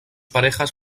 parejas